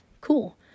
cool